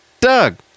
Doug